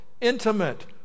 intimate